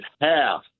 half